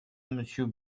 monsieur